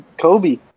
Kobe